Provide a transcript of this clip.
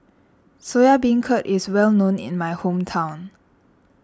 Soya Beancurd is well known in my hometown